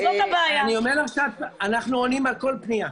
אני אומר לך שאנחנו עונים על כל פנייה.